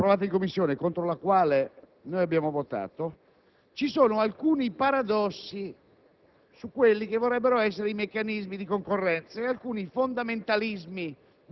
Nella proposta approvata in Commissione, contro la quale abbiamo votato, ci sono alcuni paradossi